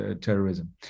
terrorism